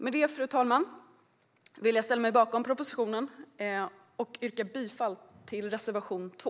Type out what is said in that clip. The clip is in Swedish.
Med det, fru talman, vill jag ställa mig bakom propositionen och yrka bifall till reservation 2.